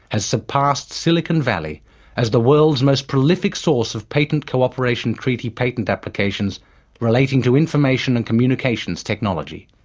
has surpassed silicon valley as the world's most prolific source of patent cooperation treaty patent applications relating to information and communications technology.